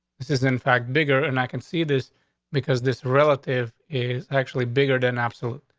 this is in fact, bigger. and i can see this because this relative is actually bigger than absolute.